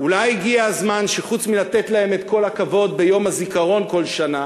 אולי הגיע הזמן שחוץ מלתת להם את כל הכבוד ביום הזיכרון כל שנה